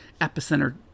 epicenter